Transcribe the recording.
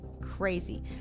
Crazy